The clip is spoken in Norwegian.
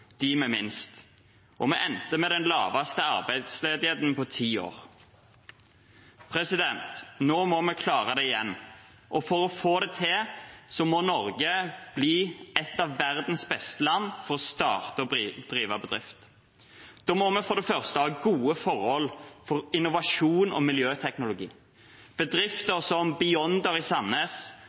med minst, og vi endte med den laveste arbeidsledigheten på ti år. Nå må vi klare det igjen. For å få det til må Norge bli et av verdens beste land å starte og drive bedrift i. Da må vi for det første ha gode forhold for innovasjon og miljøteknologi. Bedrifter som Beyonder i